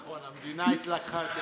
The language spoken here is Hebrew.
נכון, המדינה לקחה יותר.